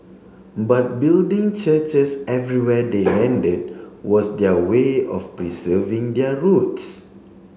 but building churches everywhere they landed was their way of preserving their roots